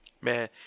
Man